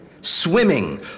swimming